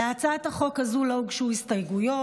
להצעת החוק הזו לא הוגשו הסתייגויות,